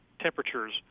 temperatures